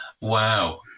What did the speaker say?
Wow